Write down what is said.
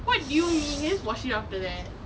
what do you mean can just wash it off after that